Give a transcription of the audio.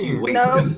No